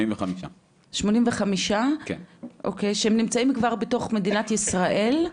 85. שהם נמצאים כבר בתוך מדינת ישראל?